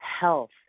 Health